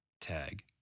Tag